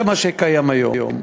זה מה שקיים היום.